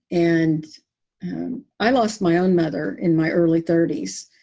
and i lost my own mother in my early thirty s.